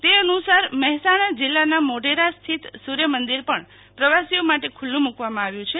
તે અનુસાર મહેસાણા જિલ્લાના મોઢેરા સ્થિત સૂર્યમંદિર પણ આજથી પ્રવાસીઓ માટે ખૂલ્લુ મૂકવામાં આવ્યું છે